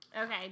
okay